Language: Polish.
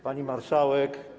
Pani Marszałek!